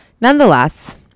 Nonetheless